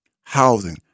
housing